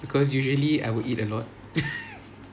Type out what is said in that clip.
because usually I would eat a lot